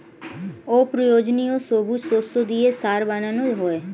অপ্রয়োজনীয় সবুজ শস্য দিয়ে সার বানানো হয়